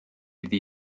iddi